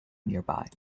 nearby